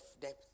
depth